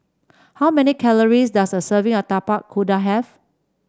how many calories does a serving of Tapak Kuda have